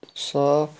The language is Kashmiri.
صاف